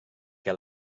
què